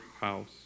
house